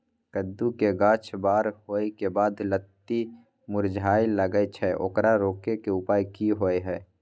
कद्दू के गाछ बर होय के बाद लत्ती मुरझाय लागे छै ओकरा रोके के उपाय कि होय है?